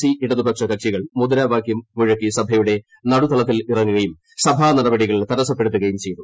C ഇടതുപക്ഷ കക്ഷികൾ മുദ്രാവാക്യം മുഴക്കി സഭയുടെ നടത്തളത്തിലിറങ്ങുകയും സഭാനടപടികൾ തടസ്സപ്പെടുത്തുകയും ചെയ്തു